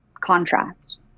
contrast